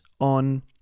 on